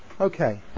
Okay